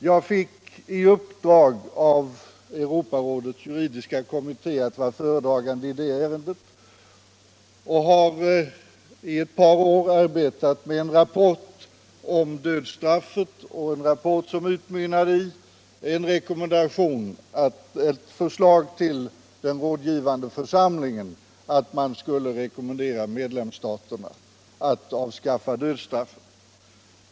Jag fick i uppdrag av Europarådets juridiska kommitté att vara föredragande i det ärendet och har i ett par år arbetat med en rapport om dödsstraffet som mynnade ut i ett förslag till den rådgivande församlingen att rekommendera medlemsstaterna att avskaffa dödsstraffet.